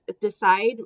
decide